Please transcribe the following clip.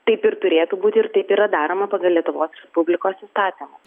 taip ir turėtų būti ir taip yra daroma pagal lietuvos respublikos įstatymą